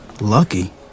lucky